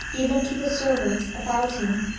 even to the servants about him,